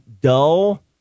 dull